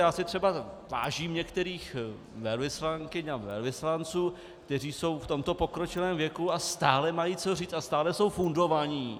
Já si třeba vážím některých velvyslankyň a velvyslanců, kteří jsou v tomto pokročilém věku a stále mají co říct a stále jsou fundovaní.